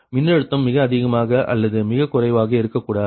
மின்னழுத்தம் மிக அதிகமாக அல்லது மிக குறைவாக இருக்கக்கூடாது